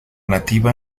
nativa